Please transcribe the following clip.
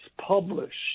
published